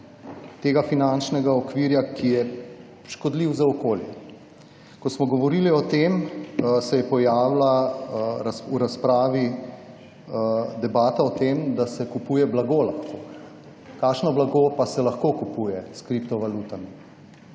tega finančnega okvirja, ki je škodljiv za okolje. Ko smo govorili o tem, se je pojavila v razpravi debata o tem, da se lahko kupuje blago. Kakšno blago pa se lahko kupuje s kriptovalutami?